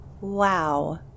wow